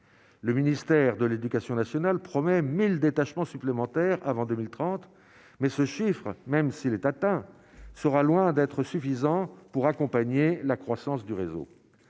le ministère de l'Éducation nationale promet 1000 détachements supplémentaires avant 2030, mais ce chiffre, même s'il est atteint, sera loin d'être suffisant pour accompagner la croissance du réseau,